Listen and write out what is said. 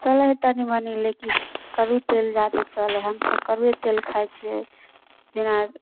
चलै हइ तनि मनि लेकिन कड़ु तेल जादे चलै हइ हमसभ कड़ुए तेल खाइ छिए जेना